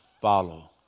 follow